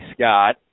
Scott